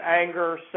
anger